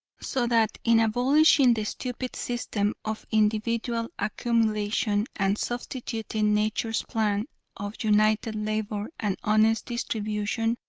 so that in abolishing the stupid system of individual accumulation and substituting nature's plan of united labor and honest distribution,